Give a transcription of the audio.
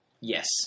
Yes